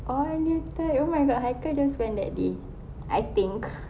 oh newton oh my god haikal just went that day I think